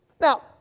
Now